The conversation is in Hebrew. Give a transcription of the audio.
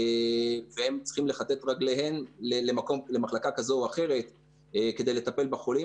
והם צריכים לכתת רגליהם למחלקה כזו או אחרת כדי לטפל בחולים.